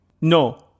no